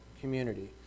community